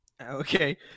Okay